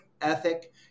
ethic